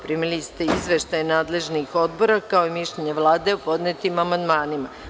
Primili ste izveštaje nadležnih odbora, kao i mišljenje Vlade o podnetim amandmanima.